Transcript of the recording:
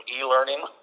e-learning